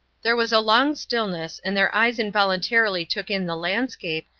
there was a long stillness, and their eyes involuntarily took in the landscape,